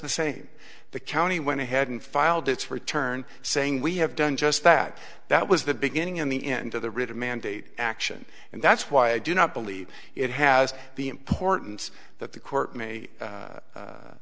the same the county went ahead and filed its return saying we have done just that that was the beginning and the end of the writ of mandate action and that's why i do not believe it has the importance that the court may